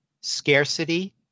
scarcity